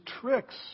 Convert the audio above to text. tricks